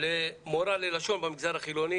היא פנתה למורה ללשון במגזר החילוני,